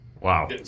Wow